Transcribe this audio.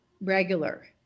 regular